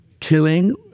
Killing